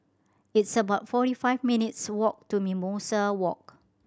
it's about forty five minutes' walk to Mimosa Walk